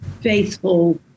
faithful